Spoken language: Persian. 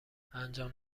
انجام